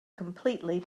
completely